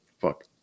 Fuck